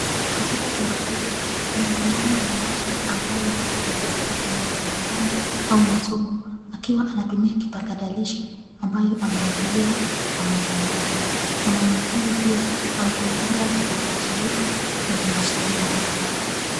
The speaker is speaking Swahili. Katika chumba hiki kuna mwanamume mmoja ambaye yuko kwenye harakati ya majadiliano au masomo akiwa anatumia kipakatalishi ambayo amewekelea kwa meza yake. Mwanamume huyu pia amewekelea vipokea sauti kwenye masikio yake.